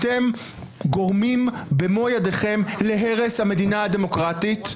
אתם גורמים במו ידיכם להרס המדינה הדמוקרטית.